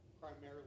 Primarily